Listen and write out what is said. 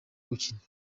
gukina